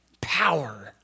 power